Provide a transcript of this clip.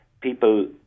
people